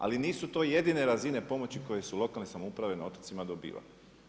Ali nisu to jedine razine pomoći koje su lokalne samouprave na otocima dobivale.